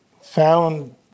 found